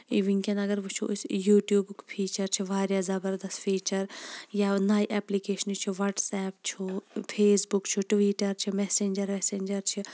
ہے وُنکیٚن اَگَر وُچھو أسۍ یوٗٹیٚوبُک فیٖچَر چھُ واریاہ زَبَردَس فیٖچَر یا نَیہِ ایٚپلِکیشنہٕ چھِ وَٹس ایٚپ چھُ فیس بُک چھُ ٹِوٕٹَر چھُ میٚسنجر ویٚسنجر چھِ